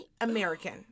American